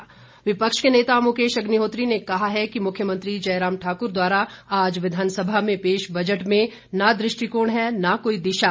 प्रतिक्रिया कांग्रेस विपक्ष के नेता मुकेश अग्निहोत्री ने कहा है कि मुख्यमंत्री जयराम ठाकुर द्वारा आज विधानसभा में पेश बजट में न दृष्टिकोण है न ही कोई दिशा